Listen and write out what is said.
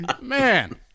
Man